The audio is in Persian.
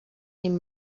این